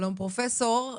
שלום פרופסור.